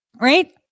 Right